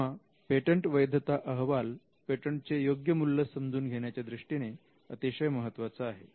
तेव्हा पेटंट वैधता अहवाल पेटंटचे योग्य मूल्य समजून घेण्याच्या दृष्टीने अतिशय महत्त्वाचा आहे